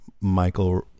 Michael